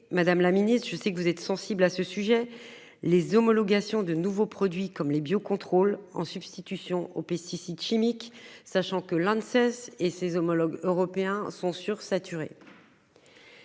Madame la Ministre je sais que vous êtes sensible à ce sujet les homologations de nouveaux produits comme les bio-contrôle en substitution aux pesticides chimiques, sachant que. Et ses homologues européens sont sur saturés.